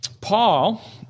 Paul